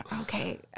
Okay